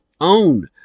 own